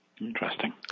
Interesting